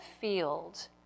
field